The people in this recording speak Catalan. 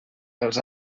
els